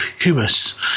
humus